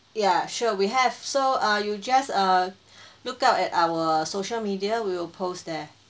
ya sure we have so err you just err lookout at our social media we will post there